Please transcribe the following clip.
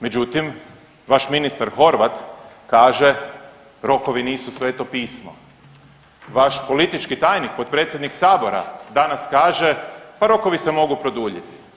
Međutim, vaš ministar Horvat kaže rokovi nisu Sveto pismo, vaš politički tajnik potpredsjednik sabora danas kaže pa rokovi se mogu produljiti.